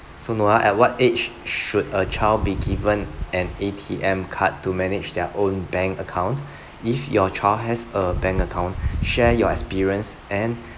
so noel at what age should a child be given an A_T_M card to manage their own bank account if your child has a bank account share your experience and